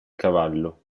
cavallo